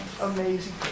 amazing